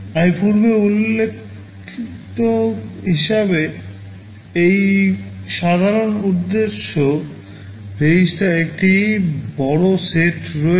আমি পূর্বে উল্লিখিত হিসাবে এটি সাধারণ উদ্দেশ্য REGISTER এর একটি বড় সেট আছে